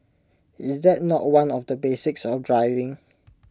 is that not one of the basics of driving